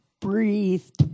breathed